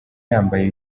yambaye